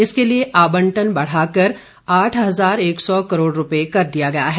इसके लिए आवंटन बढ़ाकर आठ हजार एक सौ करोड़ रुपये कर दिया गया है